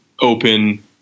open